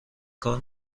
کار